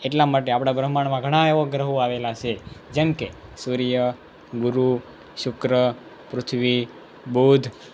એટલા માટે આપણા બ્રહ્માંડમાં ઘણા એવા ગ્રહો આવેલા છે જેમ કે સૂર્ય ગુરુ શુક્ર પૃથ્વી બુધ